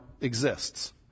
exists